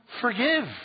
forgive